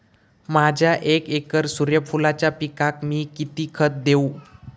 माझ्या एक एकर सूर्यफुलाच्या पिकाक मी किती खत देवू?